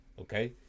Okay